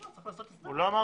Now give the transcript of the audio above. הוא אמר